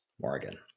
Morgan –